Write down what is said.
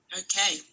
okay